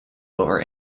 over